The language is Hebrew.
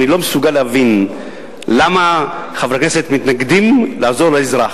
אני לא מבין למה חברי כנסת מתנגדים לעזור לאזרח.